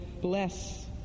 bless